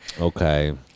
Okay